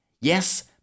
Yes